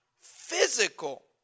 physical